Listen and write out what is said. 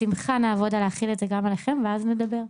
בשמחה נעבוד כדי להחיל את זה גם עליכם, ואז נדבר.